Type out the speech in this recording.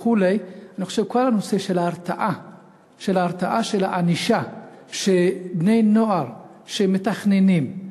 כל הנושא של ההרתעה ושל הענישה של בני-נוער שמתכננים,